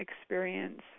experience